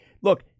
Look